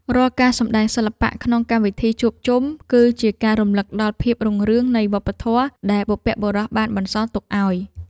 រាល់ការសម្តែងសិល្បៈក្នុងកម្មវិធីជួបជុំ គឺជាការរំលឹកដល់ភាពរុងរឿងនៃវប្បធម៌ដែលបុព្វបុរសបានបន្សល់ទុកឱ្យ។